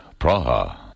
Praha